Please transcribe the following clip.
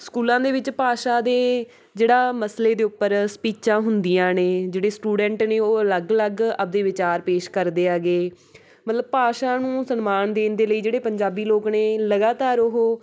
ਸਕੂਲਾਂ ਦੇ ਵਿੱਚ ਭਾਸ਼ਾ ਦੇ ਜਿਹੜਾ ਮਸਲੇ ਦੇ ਉੱਪਰ ਸਪੀਚਾਂ ਹੁੰਦੀਆਂ ਨੇ ਜਿਹੜੇ ਸਟੂਡੈਂਟ ਨੇ ਉਹ ਅਲੱਗ ਅਲੱਗ ਆਪਦੇ ਵਿਚਾਰ ਪੇਸ਼ ਕਰਦੇ ਹੈਗੇ ਮਤਲਬ ਭਾਸ਼ਾ ਨੂੰ ਸਨਮਾਨ ਦੇਣ ਦੇ ਲਈ ਜਿਹੜੇ ਪੰਜਾਬੀ ਲੋਕ ਨੇ ਲਗਾਤਾਰ ਉਹ